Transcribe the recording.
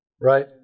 Right